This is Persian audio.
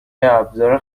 ابزار